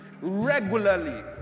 regularly